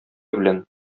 белән